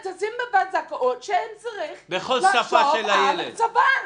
תשים בוועדת הזכאות שהם צריכים לחשוב על השפה.